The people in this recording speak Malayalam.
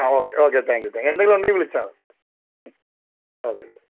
ആ okay okay thank you thank you എന്തെങ്കിലും ഉണ്ടെങ്കിൽ വിളിച്ചാൽ മതി ഓക്കെ